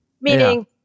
meaning